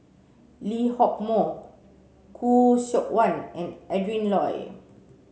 Lee Hock Moh Khoo Seok Wan and Adrin Loi